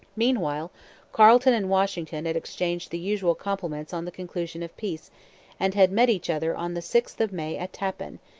meanwhile carleton and washington had exchanged the usual compliments on the conclusion of peace and had met each other on the sixth of may at tappan,